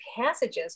passages